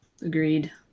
agreed